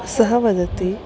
सः वदति